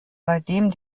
seitdem